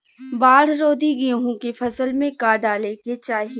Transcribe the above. बाढ़ रोधी गेहूँ के फसल में का डाले के चाही?